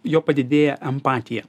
jo padidėja empatija